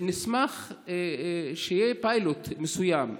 נשמח שיהיה פיילוט מסוים,